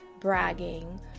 bragging